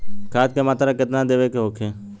खाध के मात्रा केतना देवे के होखे?